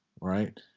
right